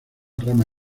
rama